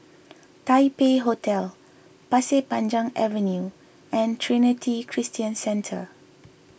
Taipei Hotel Pasir Panjang Avenue and Trinity Christian Centre